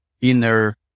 inner